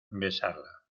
besarla